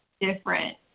different